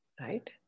right